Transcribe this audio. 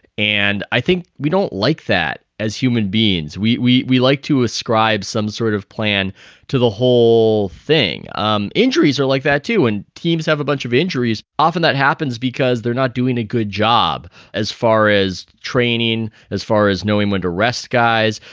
and i think we don't like that as human beings. we we like to ascribe some sort of plan to the whole thing. um injuries are like that, too, and teams have a bunch of injuries. often that happens because they're not doing a good job as far as training, as far as knowing when to rest, guys.